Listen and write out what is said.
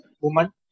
woman